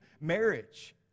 marriage